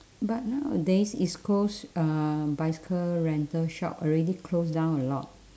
but nowadays east coast uh bicycle rental shop already close down a lot